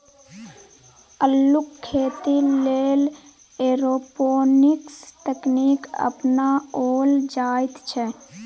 अल्लुक खेती लेल एरोपोनिक्स तकनीक अपनाओल जाइत छै